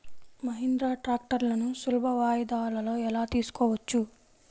మహీంద్రా ట్రాక్టర్లను సులభ వాయిదాలలో ఎలా తీసుకోవచ్చు?